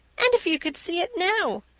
and if you could see it now!